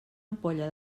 ampolla